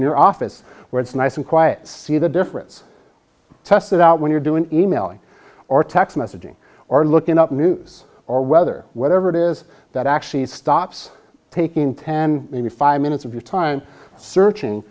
your office where it's nice and quiet see the difference test it out when you're doing e mailing or text messaging or looking up news or whether whatever it is that actually stops taking ten maybe five minutes of your time searching